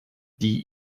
die